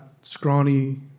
scrawny